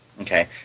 Okay